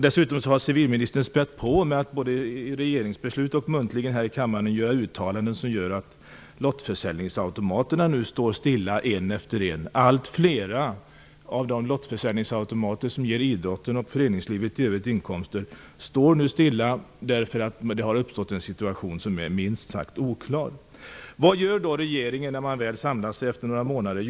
Dessutom har civilministern spätt på med att genom regeringsbeslut och muntligt i kammaren göra uttalanden som gör att lottförsäljningsautomaterna står stilla en efter en. Allt fler av de lottförsäljningsautomater som ger idrotten och föreningslivet i övrigt inkomster står nu stilla därför att det har uppstått en situation som minst sagt är oklar. Vad gör regeringen när den väl samlas efter några månader?